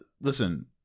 listen